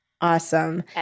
awesome